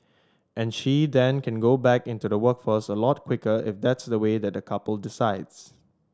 and she then can go back into the workforce a lot quicker if that's the way that the couple decides